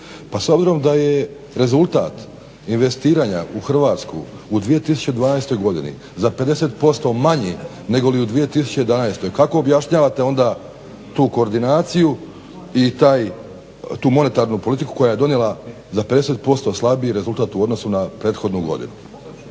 Pa s obzirom da je rezultat investiranja u Hrvatsku u 2012. godini za 50% manji nego u 2011., kako objašnjavate onda tu koordinaciju i tu monetarnu politiku koja je donijela za 50% slabiji rezultat u odnosu na prethodnu godinu,